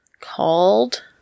called